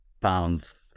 pounds